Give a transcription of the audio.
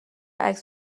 عکس